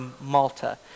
Malta